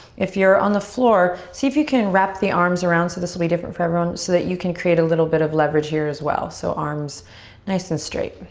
if you're on the floor, see if you can wrap the arms around. so this will be different for everyone so that you can create a little bit of leverage here as well. so arms nice and straight.